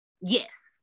yes